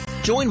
Join